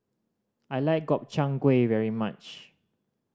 I like Gobchang Gui very much